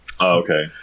okay